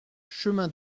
chemin